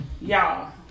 Y'all